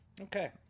Okay